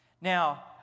Now